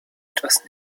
etwas